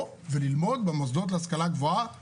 וללמוד במוסדות להשכלה גבוהה במדינה.